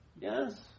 Yes